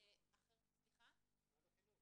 אחרים --- משרד החינוך.